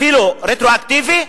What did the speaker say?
אפילו רטרואקטיבי,